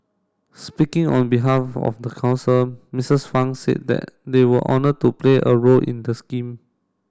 speaking on behalf of the council Misses Fang said that they were honoured to play a role in the scheme